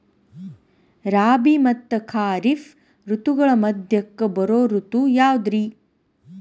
ರಾಬಿ ಮತ್ತ ಖಾರಿಫ್ ಋತುಗಳ ಮಧ್ಯಕ್ಕ ಬರೋ ಋತು ಯಾವುದ್ರೇ?